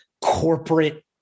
corporate